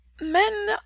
men